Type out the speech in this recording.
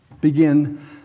begin